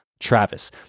Travis